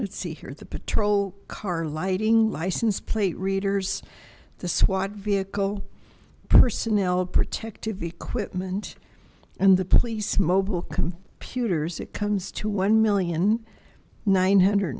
let's see here the patrol car lighting license plate readers the swat vehicle personal protective equipment and the police mobile computers it comes to one million nine hundred